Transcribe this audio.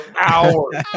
hours